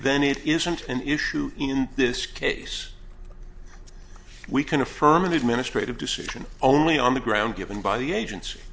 then it isn't an issue in this case we can affirm an administrative decision only on the ground given by the agency